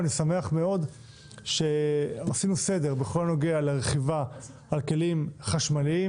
אני שמח מאוד שעשינו סדר בכל הנוגע לרכיבה על כלים חשמליים